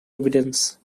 evidence